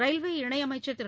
railway இணையமைச்சர் திரு